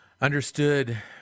Understood